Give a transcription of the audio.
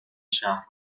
شهر